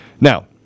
Now